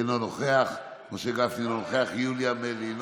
אינו נוכח, משה גפני, אינו נוכח, יוליה מלינובסקי,